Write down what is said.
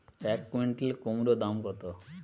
এক কুইন্টাল কুমোড় দাম কত?